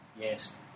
yes